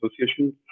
Association